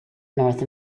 north